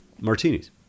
martinis